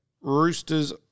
Roosters